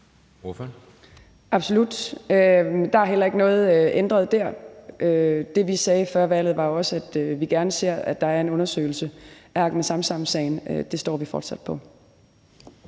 Absolut. Der er heller ikke noget ændret der. Det, vi sagde før valget, var også, at vi gerne ser, at der er en undersøgelse af Ahmed Samsam-sagen. Det står vi fortsat på.